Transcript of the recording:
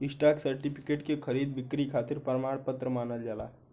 stock certificate के खरीद बिक्री खातिर प्रमाण पत्र मानल जाला